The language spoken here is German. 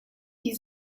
die